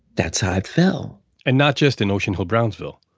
that's how it fell and not just in ocean hill-brownsville.